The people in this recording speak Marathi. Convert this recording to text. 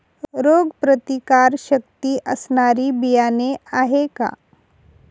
रोगप्रतिकारशक्ती असणारी बियाणे आहे का?